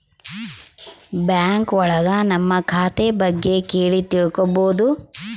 bank ಒಳಗ ನಮ್ ಖಾತೆ ಬಗ್ಗೆ ಕೇಳಿ ತಿಳ್ಕೋಬೋದು